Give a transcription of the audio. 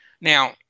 Now